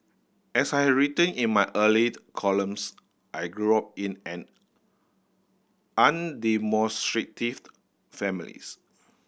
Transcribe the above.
as I had written in my earlier columns I grew up in an undemonstrative families